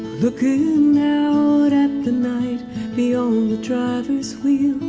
looking out at the night beyond the driver's wheel